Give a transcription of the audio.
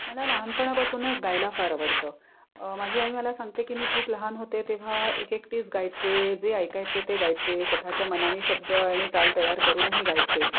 मला लहानपणापासूनच गायला फार आवडतं माझी आई मला सांगते की मी खूप लहान होते तेव्हा एक एकटीच गायचे जे ऐकायचे ते गायचे स्वतःच्या मनाने शब्द आणि चाल तयार करूनही गायचे